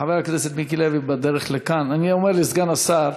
חבר הכנסת מיקי לוי בדרך לכאן, אני אומר לסגן השר: